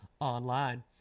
online